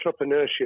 entrepreneurship